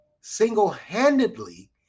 single-handedly